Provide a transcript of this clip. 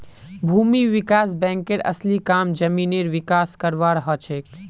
भूमि विकास बैंकेर असली काम जमीनेर विकास करवार हछेक